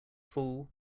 fool